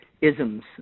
isms